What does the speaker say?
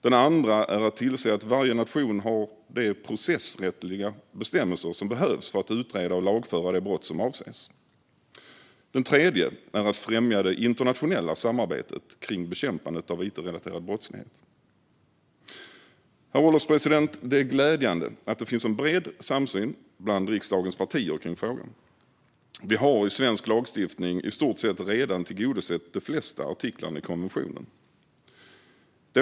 Det andra är att tillse att varje nation har de processrättsliga bestämmelser som behövs för att utreda och lagföra de brott som avses. Det tredje är att främja det internationella samarbetet om bekämpandet av it-relaterad brottslighet. Herr ålderspresident! Det är glädjande att det finns en bred samsyn i frågan bland riksdagens partier. Vi har i svensk lagstiftning i stort sett redan tillgodosett de flesta artiklar i konventionen.